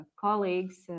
colleagues